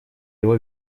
его